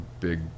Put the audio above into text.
big